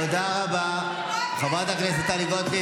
חבר הכנסת כסיף,